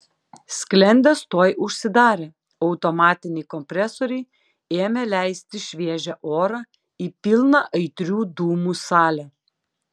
sklendės tuoj užsidarė automatiniai kompresoriai ėmė leisti šviežią orą į pilną aitrių dūmų salę